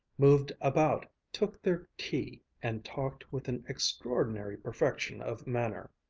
moved about, took their tea, and talked with an extraordinary perfection of manner.